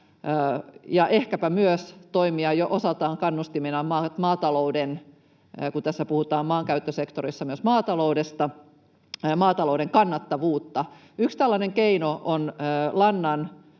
ja ehkäpä myös toimia jo osaltaan kannustimina — kun tässä maankäyttösektorissa puhutaan myös maataloudesta — maatalouden kannattavuudelle. Yksi tällainen keino on lannan